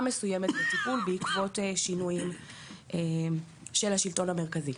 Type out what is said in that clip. מסוימת בטיפול בעקבות שינויים של השלטון המרכזי.